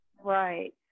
Right